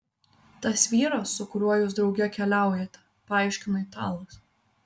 tas vyras su kuriuo jūs drauge keliaujate paaiškino italas